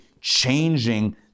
changing